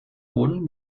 wurden